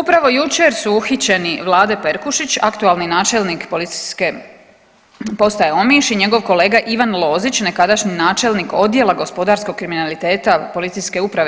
Upravo jučer su uhićeni Vlade Perkušić, aktualni načelnik PP Omiš i njegov kolega Ivan Lozić nekadašnji načelnik Odjela gospodarskog kriminaliteta PU